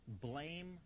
blame